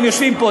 הם יושבים פה.